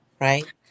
right